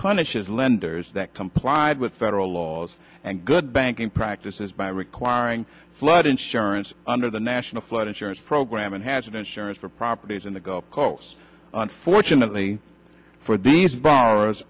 punishes lenders that complied with federal laws and good banking practices by requiring flood insurance under the national flood insurance program and has an insurance for properties in the gulf coast unfortunately for these b